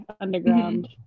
underground